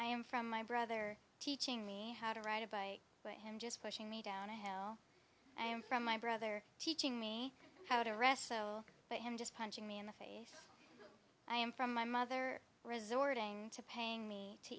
i am from my brother teaching me how to ride a bike and just pushing me down a hill i am from my brother teaching me how to rest but him just punching me in the face i am from my mother resorting to paying me to